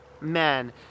men